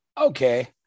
okay